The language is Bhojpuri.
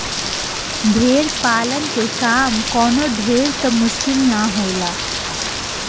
भेड़ पालन के काम कवनो ढेर त मुश्किल ना होला